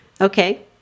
Okay